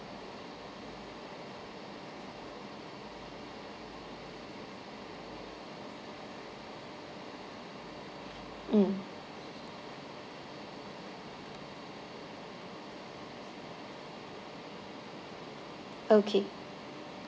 mm okay